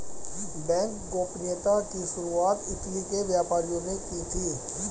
bank गोपनीयता की शुरुआत इटली के व्यापारियों ने की थी